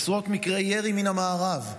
עשרות מקרי ירי מן המארב,